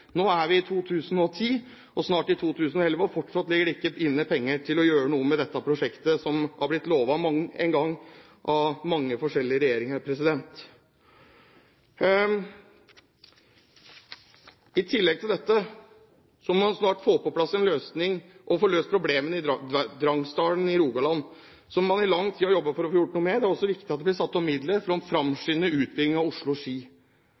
Nå er vi i 2010, snart i 2011, og fortsatt ligger det ikke inne penger til å gjøre noe med dette prosjektet, som mang en gang er blitt lovet av mange forskjellige regjeringer. I tillegg til dette må man snart få på plass en løsning på problemene i Drangsdalen i Rogaland, som man i lang tid har jobbet for å gjøre noe med. Det er også viktig at det blir satt av midler til å framskynde utbyggingen av